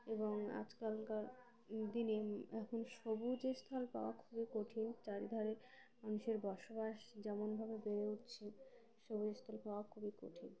এবং আজকালকার দিনে এখন সবুজ স্থল পাওয়া খুবই কঠিন চারিধারে মানুষের বসবাস যেমনভাবে বেড়ে উঠছে সবুজ স্থল পাওয়া খুবই কঠিন এবং